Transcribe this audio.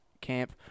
camp